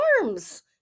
arms